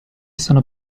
sono